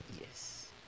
Yes